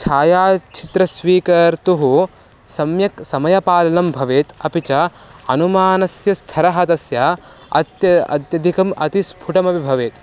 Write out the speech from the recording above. छायाछित्रस्वीकर्तुः सम्यक् समयपालनं भवेत् अपि च अनुमानस्य स्तरः तस्य अत्य अत्यधिकम् अतिस्फुटमपि भवेत्